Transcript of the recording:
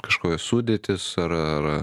kažkokia sudėtis ar ar ar